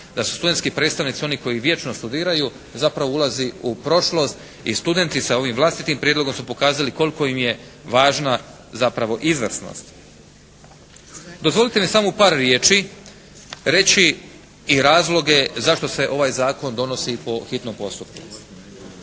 da su studentski predstavnici oni koji vječno studiraju zapravo ulazi u prošlost i studenti sa ovim vlastitim prijedlogom su pokazali koliko im je važna zapravo izvrsnost. Dozvolite mi samo u par riječi reći i razloge zašto se ovaj Zakon donosi po hitnom postupku.